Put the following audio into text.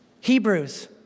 Hebrews